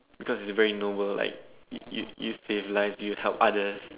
because it's a very noble like you you you save lives you help others